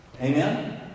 Amen